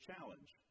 Challenge